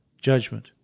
judgment